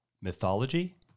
mythology